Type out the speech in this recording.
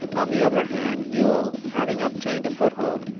on the other hand, ewell, having obtained a foothold,